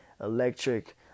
electric